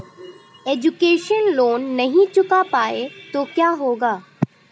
Education loan नहीं चुका पाए तो क्या होगा?